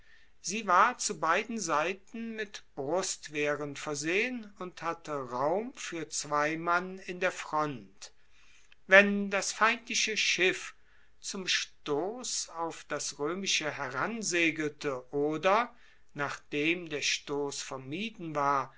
sie war zu beiden seiten mit brustwehren versehen und hatte raum fuer zwei mann in der front wenn das feindliche schiff zum stoss auf das roemische heransegelte oder nachdem der stoss vermieden war